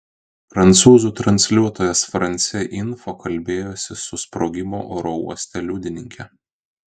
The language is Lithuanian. prancūzų transliuotojas france info kalbėjosi su sprogimo oro uoste liudininke